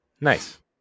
nice